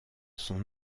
son